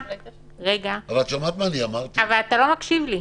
אתה לא מקשיב לי.